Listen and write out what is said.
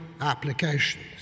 applications